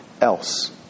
else